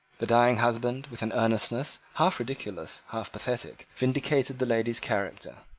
the dying husband, with an earnestness, half ridiculous, half pathetic, vindicated the lady's character.